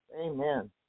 amen